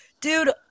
dude